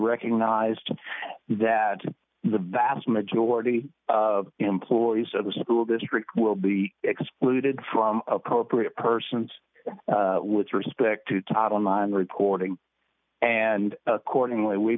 recognized that the vast majority of employees of the school district will be excluded from appropriate persons with respect to todd on line reporting and accordingly we